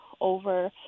over